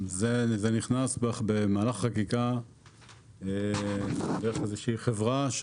זה נכנס במהלך חקיקה דרך איזושהי חברה.